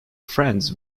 friends